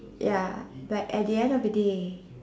ya but at the end of the day